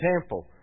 temple